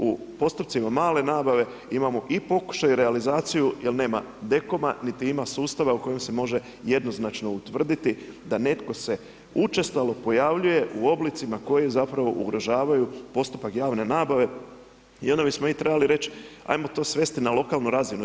U postupcima male nabave imamo i pokušaj i realizaciju jer nema DKOM-a niti ima sustava u kojem se može jednoznačno utvrditi da netko se učestalo pojavljuje u oblicima koji zapravo ugrožavaju postupak javne nabave i onda bismo mi trebali reći ajmo to svesti na lokalnu razinu.